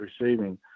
receiving